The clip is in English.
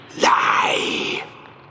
lie